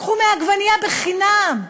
קחו עגבנייה חינם.